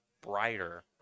brighter